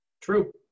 True